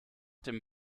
dem